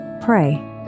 pray